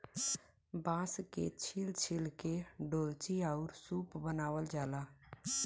बांस के छील छील के डोल्ची आउर सूप बनावल जाला